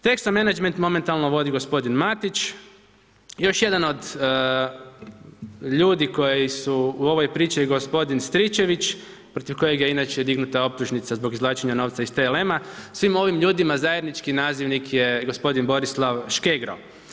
Texo menagment momentalno vodi gospodin Matić, još jedan od ljudi koji su u ovoj priči, gospodin Stričević, protiv kojega je inače dignuta optužnica zbog izvlačenja novca iz TLM-a, svim ovim ljudima zajednički nazivnik je gospodin Borislav Škegro.